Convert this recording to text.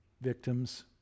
victims